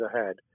ahead